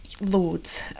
Loads